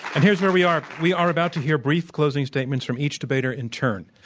and here's where we are. we are about to hear brief closing statements from each debater in turn.